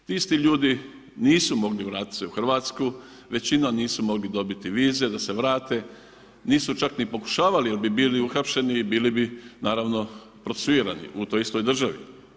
Isti ljudi nisu mogli vratit se u Hrvatsku, većinom nisu mogli dobiti vize da se vrate, nisu čak ni pokušavali jer bi bili uhapšeni i bili bi naravno procesuirani u toj istoj državi.